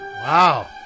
Wow